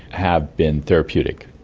have been therapeutic.